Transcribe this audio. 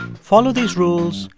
follow these rules,